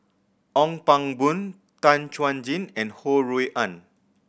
Ong Pang Boon Tan Chuan Jin and Ho Rui An